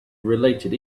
related